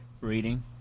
reading